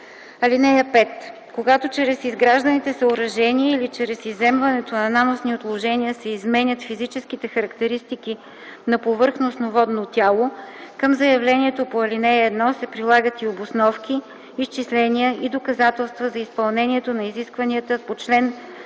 (5) Когато чрез изгражданите съоръжения или чрез изземването на наносни отложения се изменят физичните характеристики на повърхностно водно тяло към заявлението по ал. 1 се прилагат и обосновки, изчисления и доказателства за изпълнение на изискванията по чл. 156е,